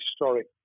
historic